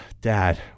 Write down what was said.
Dad